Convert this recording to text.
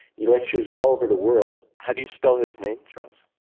he lectures all over the world. how do you spell his name, charles?